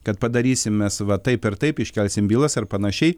kad padarysim mes va taip ir taip iškelsim bylas ar panašiai